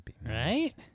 Right